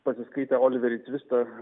pasiskaitę oliverį tvistą